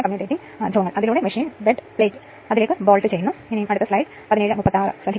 ഇപ്പോൾ VSC short circuit condition voltage I 1 Z e1 ന് ഇത് 13 ആയി ലഭിക്കും